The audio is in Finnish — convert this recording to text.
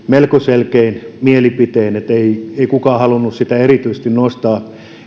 melko selkein mielipitein ei kukaan halunnut sitä erityisesti nostaa